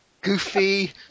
goofy